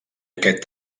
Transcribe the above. aquest